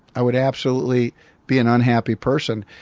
i would absolutely be an unhappy person.